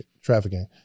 trafficking